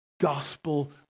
gospel